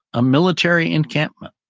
a military encampment.